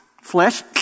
flesh